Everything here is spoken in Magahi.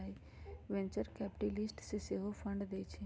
वेंचर कैपिटलिस्ट सेहो फंड देइ छइ